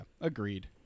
agreed